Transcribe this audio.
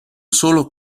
solo